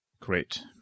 Great